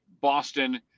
Boston